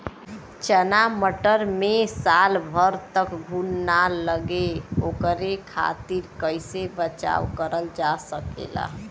चना मटर मे साल भर तक घून ना लगे ओकरे खातीर कइसे बचाव करल जा सकेला?